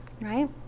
right